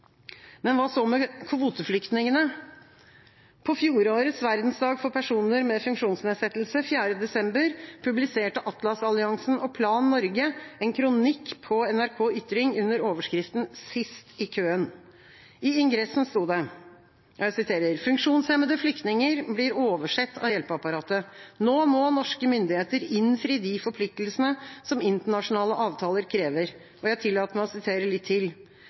Men hva så med kvoteflyktningene? På fjorårets verdensdag for personer med funksjonsnedsettelser, 3. desember, publiserte Atlas-alliansen og Plan Norge en kronikk på NRK Ytring under overskriften Sist i køen. I ingressen sto det: «Funksjonshemmede flyktninger blir oversett av hjelpeapparatet. Nå må norske myndigheter innfri de forpliktelsene som internasjonale avtaler krever.» Jeg tillater meg å sitere litt til: